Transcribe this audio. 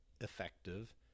effective